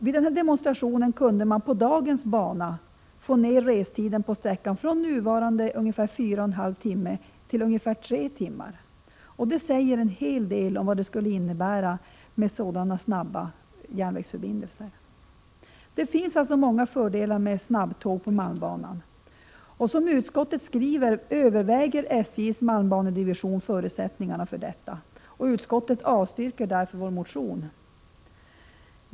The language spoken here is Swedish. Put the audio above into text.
Vid denna demonstration kunde man på den nuvarande banan få ner restiden på sträckan från nuvarande fyra och en halv timme till ungefär tre timmar. Detta säger en hel del om vad det skulle innebära med sådana snabba järnvägsförbindelser. Det finns alltså många fördelar med snabbtåg på malmbanan. Som Prot. 1986/87:113 utskottet skriver överväger SJ:s malmbanedivision förutsättningarna för 29 april 1987 detta och utskottet avstyrker därför vår motion.